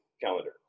calendar